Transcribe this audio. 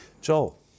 Joel